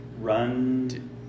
run